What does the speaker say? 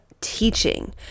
teaching